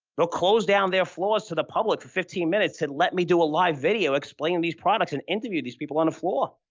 they'll close down their floors to the public for fifteen minutes and let me do a live video explaining these products and interview these people on the floor.